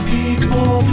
People